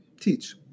teach